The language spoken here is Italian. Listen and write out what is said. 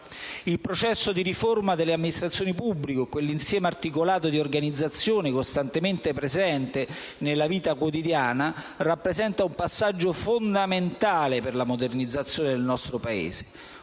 Il processo di riforma delle amministrazioni pubbliche ovvero di quell'insieme articolato di organizzazioni costantemente presenti nella nostra vita quotidiana, rappresenta quindi un passaggio fondamentale per la modernizzazione del nostro Paese